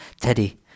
Teddy